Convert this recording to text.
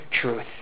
truth